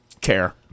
care